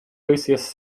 lucius